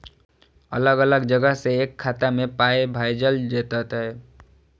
अलग अलग जगह से एक खाता मे पाय भैजल जेततै?